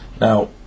Now